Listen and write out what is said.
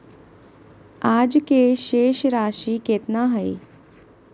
आज के शेष राशि केतना हइ?